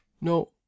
no